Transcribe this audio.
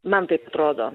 man taip atrodo